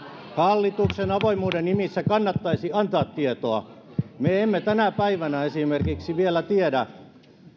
hallituksen avoimuuden nimissä kannattaisi antaa tietoa me emme tänä päivänä esimerkiksi vielä tiedä